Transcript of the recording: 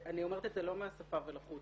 אני אומרת את זה לא מהשפה ולחוץ.